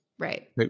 Right